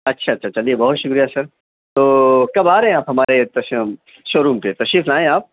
اچھا اچھا چلیے بہت شکریہ سر تو کب آ رہے ہیں آپ ہمارے شو روم پہ تشریف لائیں آپ